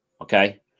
Okay